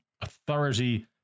authority